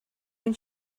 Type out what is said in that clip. when